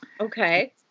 Okay